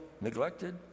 neglected